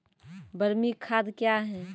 बरमी खाद कया हैं?